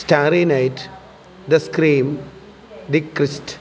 starry night the scream the christ